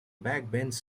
backbench